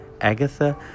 Agatha